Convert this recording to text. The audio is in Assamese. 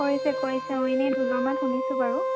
কৰিছে কৰিছে অঁ এনে ঢোলৰ মাত শুনিছোঁ বাৰু